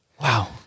Wow